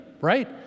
right